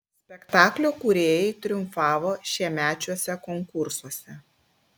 spektaklio kūrėjai triumfavo šiemečiuose konkursuose